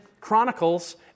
Chronicles